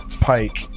pike